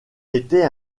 était